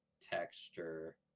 texture